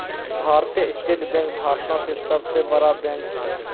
भारतीय state bank भारतो के सभ से बड़ा बैंक छै